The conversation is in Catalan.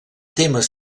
temes